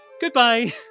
goodbye